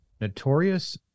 notorious